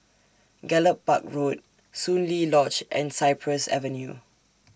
Gallop Park Road Soon Lee Lodge and Cypress Avenue